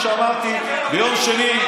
כפי שאמרתי ביום שני,